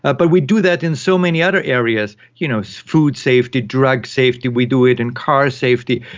ah but we do that in so many other areas. you know, so food safety, drug safety, we do it in car safety,